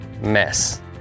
mess